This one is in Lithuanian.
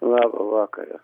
labą vakarą